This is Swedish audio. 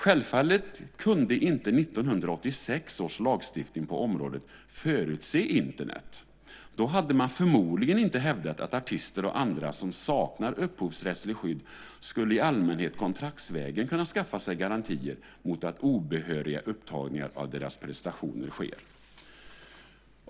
Självfallet kunde inte 1986 års lagstiftning på området förutse Internet. Då hade man förmodligen inte hävdat att artister och andra som saknar upphovsrättsligt skydd i allmänhet kontraktsvägen skulle kunna skaffa sig garantier mot att obehöriga upptagningar av deras prestationer sker.